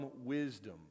wisdom